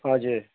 हजुर